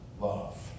love